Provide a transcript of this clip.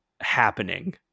happening